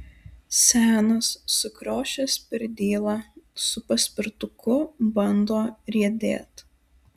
senas sukriošęs pirdyla su paspirtuku bando riedėt